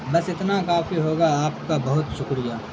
بس اتنا کافی ہوگا آپ کا بہت شکریہ